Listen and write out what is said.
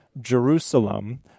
Jerusalem